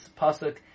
Pasuk